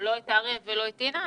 לא את אריה ולא את אינה?